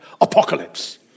Apocalypse